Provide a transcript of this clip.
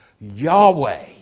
Yahweh